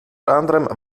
anderem